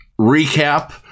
recap